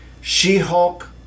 She-Hulk